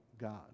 God